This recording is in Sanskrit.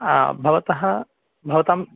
भवतः भवतां